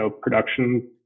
production